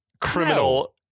criminal